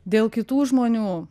dėl kitų žmonių